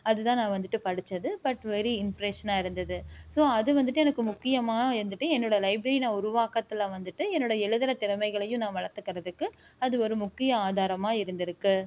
அது தான் நான் வந்துகிட்டு படிச்சது பட் வெறி இம்ரக்ஷனாக இருந்தது ஸோ அது வந்துகிட்டு எனக்கு முக்கியமாக இருந்துட்டு என்னுனோடய லைப்ரரியில் உருவாக்கத்தில் வந்துகிட்டு என்னோடு எழுதுகிற திறமைகளையும் நான் வளத்துக்குறத்துக்கு அது ஒரு முக்கிய ஆதாரமாக இருந்துருக்குது